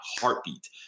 heartbeat